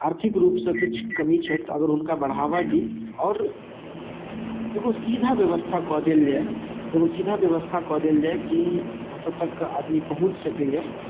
आर्थिक रूपसँ किछु कमी छनि अगर हुनका बढ़ावा दी आओर एगो सीधा व्यवस्था कऽ देल जाइ एगो सीधा व्यवस्था कऽ देल जाइ कि ओतऽ तक आदमी पहुँच सकैया